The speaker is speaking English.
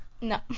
No